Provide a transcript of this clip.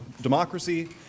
Democracy